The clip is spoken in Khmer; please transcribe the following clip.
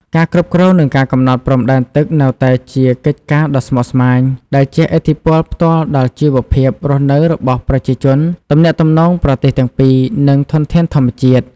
ការគ្រប់គ្រង និងការកំណត់ព្រំដែនទឹកនៅតែជាកិច្ចការដ៏ស្មុគស្មាញ ដែលជះឥទ្ធិពលផ្ទាល់ដល់ជីវភាពរស់នៅរបស់ប្រជាជន ទំនាក់ទំនងប្រទេសទាំងពីរ និងធនធានធម្មជាតិ។